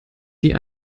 die